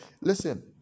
Listen